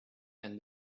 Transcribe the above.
and